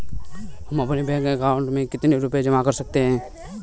हम अपने bank account में कितने रुपये जमा कर सकते हैं?